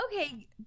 Okay